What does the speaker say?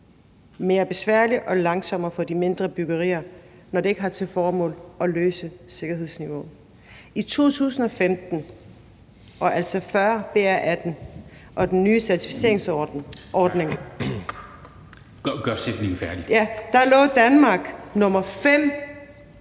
mere besværligt og langsommere for de mindre byggerier, og når det ikke har til formål at løfte sikkerhedsniveauet. I 2015, altså før BR18 og den ny certificeringsordning, lå Danmark som nummer